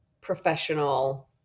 professional